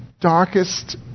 darkest